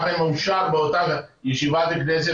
גם אם אושר באותה ישיבה בכנסת,